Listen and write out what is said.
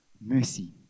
mercy